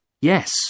Yes